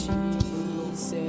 Jesus